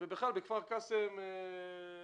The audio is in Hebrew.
ובכלל, בכפר קאסם רבתי,